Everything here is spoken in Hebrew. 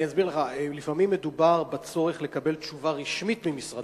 אני אסביר לך: לפעמים מדובר בצורך לקבל תשובה רשמית ממשרד הפנים.